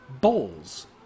bowls